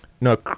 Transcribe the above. no